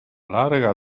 larga